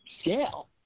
scale